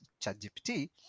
ChatGPT